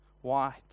white